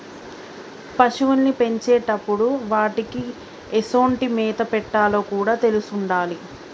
పశువుల్ని పెంచేటప్పుడు వాటికీ ఎసొంటి మేత పెట్టాలో కూడా తెలిసుండాలి